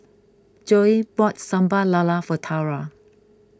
Joye bought Sambal Lala for Tara